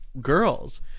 girls